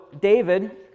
David